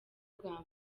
bwa